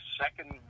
second